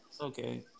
okay